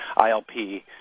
ILP